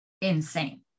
insane